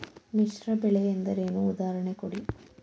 ಮಿಶ್ರ ಬೆಳೆ ಎಂದರೇನು, ಉದಾಹರಣೆ ಕೊಡಿ?